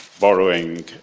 borrowing